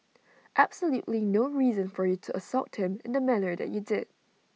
absolutely no reason for you to assault him in the manner that you did